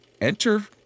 enter